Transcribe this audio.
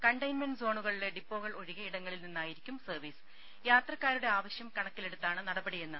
containment സോണുകളിലെ ഡിപ്പോകൾ ഒഴികെ ഇടങ്ങളിൽ നിന്നായിരിക്കും യാത്രക്കാരുടെ ആവശ്യം കണക്കിലെടുത്താണ് സർവ്വീസ്